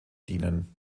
dienen